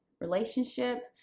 relationship